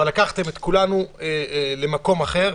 אבל לקחתם את כולנו למקום אחר,